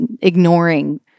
ignoring